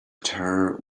terror